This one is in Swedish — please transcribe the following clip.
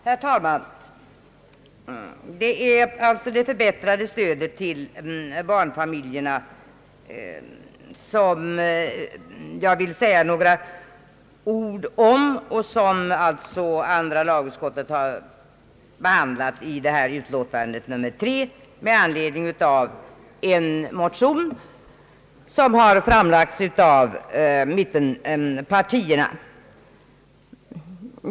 Herr talman! Det är alltså det förbättrade stödet till barnfamiljerna, som jag vill säga några ord om. Andra lagutskottet har behandlat det i utlåtandet nr 3 med anledning av en motion som framlagts av mittenpartierna.